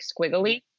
squiggly